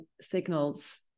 signals